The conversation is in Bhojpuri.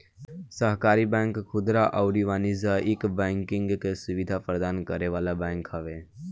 सहकारी बैंक खुदरा अउरी वाणिज्यिक बैंकिंग के सुविधा प्रदान करे वाला बैंक हवे